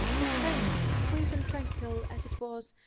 his home life, sweet and tranquil as it was,